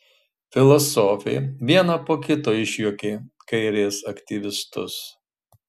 filosofė vieną po kito išjuokė kairės aktyvistus